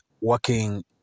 working